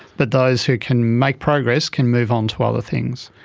but those who can make progress can move on to other things.